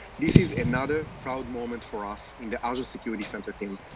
this is another proud moment for us in the azure security center team.